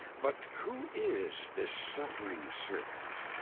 but who is this suffering servant?